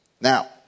Now